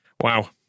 wow